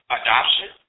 adoption